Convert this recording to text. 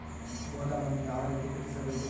ಗೋದಾಮನ್ನು ಯಾವ ರೇತಿ ಕಟ್ಟಿಸಬೇಕು?